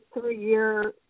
three-year